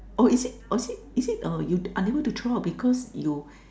oh is it is it is it uh you unable to throw out because you